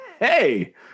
Hey